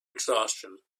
exhaustion